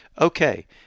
Okay